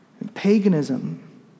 Paganism